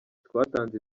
twatanze